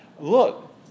look